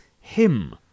him